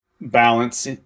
balance